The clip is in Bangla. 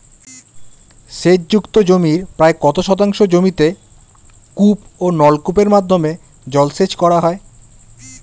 সেচ যুক্ত জমির প্রায় কত শতাংশ জমিতে কূপ ও নলকূপের মাধ্যমে জলসেচ করা হয়?